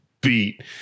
beat